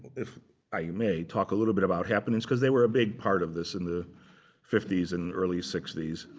if i may, talk a little bit about happenings, because they were a big part of this in the fifty s and early sixty s.